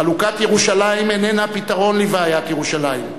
חלוקת ירושלים איננה הפתרון לבעיית ירושלים.